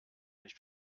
nicht